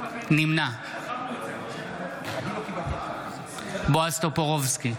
נמנע בועז טופורובסקי,